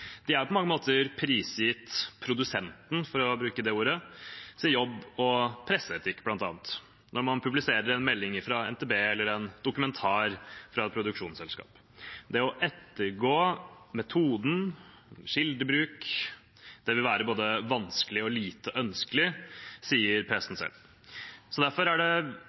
er på mange måter prisgitt produsentens – for å bruke det ordet – jobb og presseetikk, bl.a. når man publiserer en melding fra NTB eller en dokumentar fra et produksjonsselskap. Det å ettergå metoden, kildebruk, vil være både vanskelig og lite ønskelig, sier pressen selv. Derfor er det